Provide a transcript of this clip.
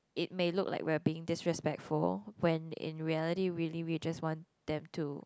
it may look like we're being just disrespectful when in reality really we just want them to